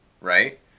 right